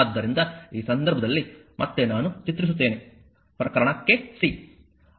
ಆದ್ದರಿಂದ ಈ ಸಂದರ್ಭದಲ್ಲಿ ಮತ್ತೆ ನಾನು ಚಿತ್ರಿಸುತ್ತೇನೆ ಪ್ರಕರಣಕ್ಕೆ c